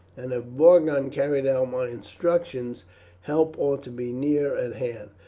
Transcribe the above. and if borgon carried out my instructions help ought to be near at hand.